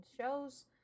shows